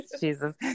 jesus